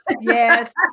yes